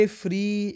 free